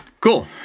cool